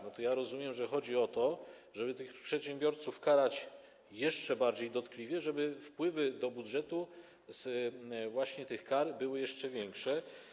No to ja rozumiem, że chodzi o to, żeby tych przedsiębiorców karać jeszcze bardziej dotkliwie, żeby wpływy do budżetu właśnie z tych kar były jeszcze większe.